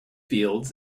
fields